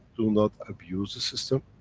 do not abuse the system.